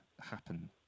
happen